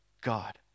God